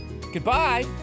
Goodbye